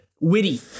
Witty